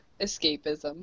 escapism